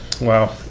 wow